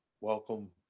Welcome